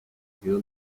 quedó